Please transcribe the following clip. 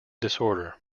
disorder